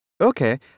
Okay